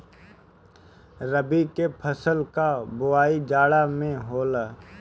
रबी के फसल कअ बोआई जाड़ा में होला